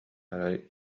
арай